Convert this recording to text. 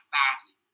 badly